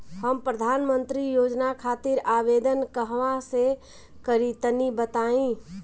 हम प्रधनमंत्री योजना खातिर आवेदन कहवा से करि तनि बताईं?